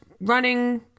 running